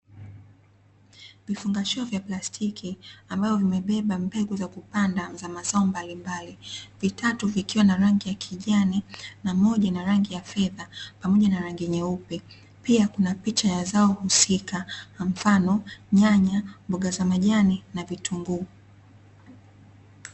Vifungashio vya plastiki ambavyo vimebeba mbegu za kupanda za mazao mbalimbali, vitatu vikiwa na rangi ya kijani, na moja ina rangi ya fedha, pamoja na rangi nyeupe. Pia, kuna picha ya zao husika kwa mfano nyanya, mboga za majani na vitunguu.